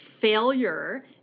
failure